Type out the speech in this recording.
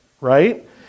right